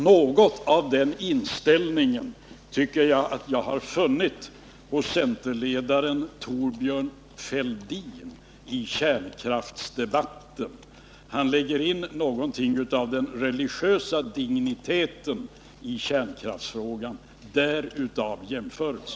Någonting av den inställningen tycker jag att jag har funnit hos centerledaren Thorbjörn Fälldin i kärnkraftsdebatten. Han lägger in någonting av den religiösa digniteten i kärnkraftsfrågan. Därav min jämförelse.